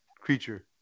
creature